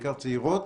בעיקר צעירות,